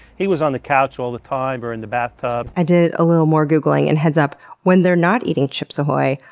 he was on the couch all the time, or in the bathtub. i did a little more googling and heads up when they're not eating chips ahoy,